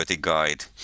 guide